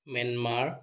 Myanmar